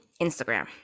Instagram